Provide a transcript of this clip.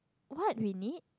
what we need